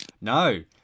No